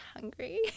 hungry